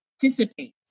participate